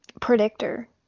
predictor